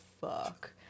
fuck